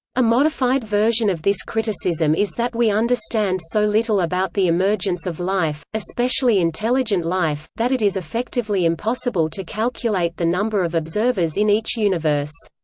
a modified version of this criticism is that we understand so little about the emergence of life, especially intelligent life, that it is effectively impossible to calculate the number of observers in each universe.